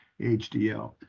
HDL